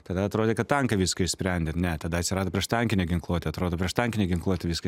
tada atrodė kad tankai viską išsprendė ne tada atsirado prieštankinė ginkluotė atrodo prieštankinė ginkluotė viską